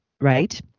right